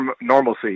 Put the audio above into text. normalcy